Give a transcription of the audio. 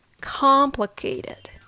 Complicated